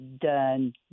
done